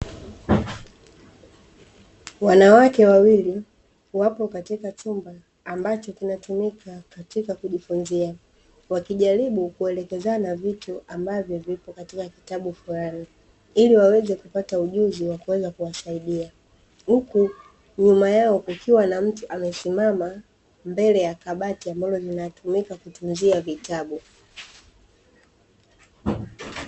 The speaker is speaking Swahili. Wanawake wawili wapo katika chumba ambacho kinatumika katika kunukuu wakijaribu kuelekezana vitu ambavyo vilikuwa vitabu fulani ili waweze kupata ujuzi wa kuweza kuwasaidia huku nyuma yao kukiwa na mtu amesimama mbele ya kabati ambalo linatumika kutunzia vitabu.